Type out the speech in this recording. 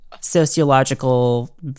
sociological